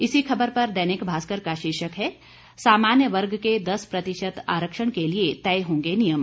इसी खबर पर दैनिक भास्कर का शीर्षक है सामान्य वर्ग के दस प्रतिशत आरक्षण के लिए तय होंगे नियम